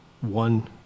one